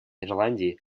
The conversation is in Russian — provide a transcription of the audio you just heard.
ирландии